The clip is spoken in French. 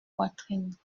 poitrines